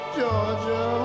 Georgia